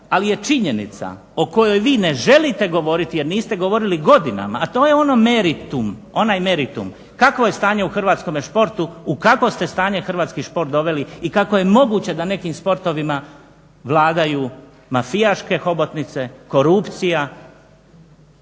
Ali je činjenica o kojoj vi ne želite govoriti jer niste govorili godinama, a to je ono meritum, onaj meritum kakvo je stanje u hrvatskome športu, u kakvo ste stanje hrvatski šport doveli i kako je moguće da nekim sportovima vladaju mafijaške hobotnice, korupcija